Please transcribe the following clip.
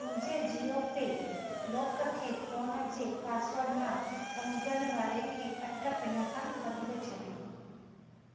मुंहिंजे जीओ पे लॉक खे फोन जे पासवड मां अंगनि वारे अठ पिन सां बदिले छॾियो